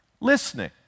listening